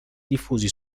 diffusi